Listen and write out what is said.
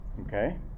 Okay